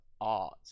art